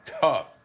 tough